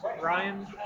Ryan